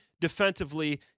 defensively